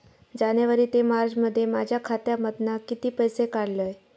जानेवारी ते मार्चमध्ये माझ्या खात्यामधना किती पैसे काढलय?